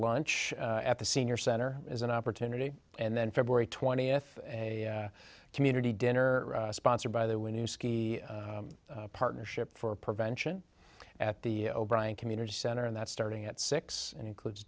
lunch at the senior center is an opportunity and then february twentieth a community dinner sponsored by the when you ski partnership for prevention at the o'brien community center and that's starting at six includes